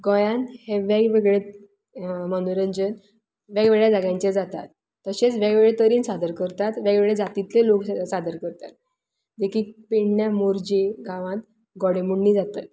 गोंयान हें वेगवेगळें मनोरंजन वेगवेगळ्या जाग्यांचेर जातात तशेंच वेगवेगळें तरेन सादर करतात वेगवेगळें जातीतलें लोक सादर करतात देखीक पेडण्या मोरजें गांवांन घोडेमोडणी जातात